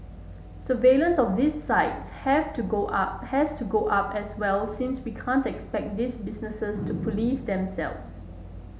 surveillance of these sites have to go up has to go up as well since we can't expect these businesses to police themselves